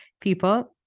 people